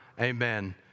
Amen